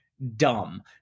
dumb